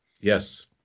Yes